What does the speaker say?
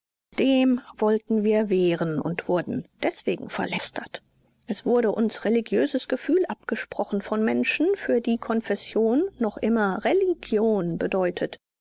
dem wollten wir wehren und wurden deswegen verlästert es wurde uns religiöses gefühl abgesprochen von menschen für die konfession noch immer religion bedeutet